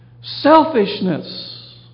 Selfishness